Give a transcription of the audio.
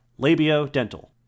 Labiodental